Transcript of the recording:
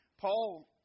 Paul